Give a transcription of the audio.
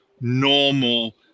normal